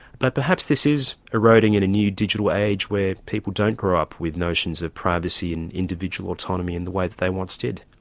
but perhaps this is eroding in a new digital age where people don't grow up with notions of privacy and individual autonomy in the way that they once did.